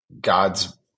God's